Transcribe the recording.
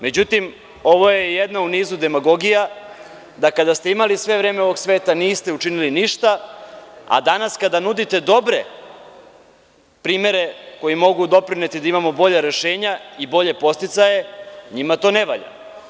Međutim, ovo je jedna u nizu demagogija da kada ste imali sve vreme ovog sveta niste učinili ništa, a danas kada nudite dobre primere koji mogu doprineti da imamo bolja rešenja i bolje podsticaje, njima to ne valja.